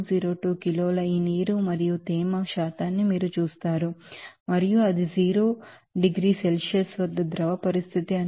0202 కిలోల ఈ నీరు మరియు తేమ శాతాన్ని మీరు చూస్తారు మరియు అది జీరో డిగ్రీ సెల్సియస్ వద్ద ద్రవ పరిస్థితి